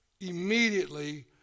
immediately